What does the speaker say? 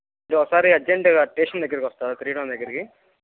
మీరు ఒకసారి అర్జెంట్గా స్టేషన్ దగ్గరకి వస్తారా త్రీ టౌన్ దగ్గరకి